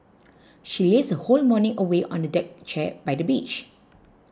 she lazed her whole morning away on a deck chair by the beach